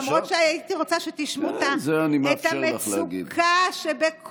למרות שהייתי רוצה שתשמעו את המצוקה שבקולו.